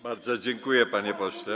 Bardzo dziękuję, panie pośle.